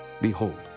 Behold